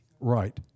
Right